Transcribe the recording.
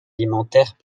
alimentaires